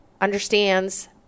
understands